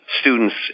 students